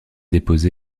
déposer